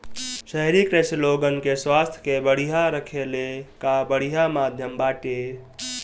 शहरी कृषि लोगन के स्वास्थ्य के बढ़िया रखले कअ बढ़िया माध्यम बाटे